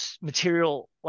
material